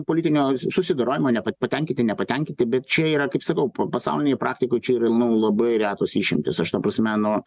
politinio susidorojimo neoa patenkinti nepatenkinti bet čia yra kaip sakau pa pasaulinėj praktikoj čia ir nu labai retos išimtys aš ta prasme nu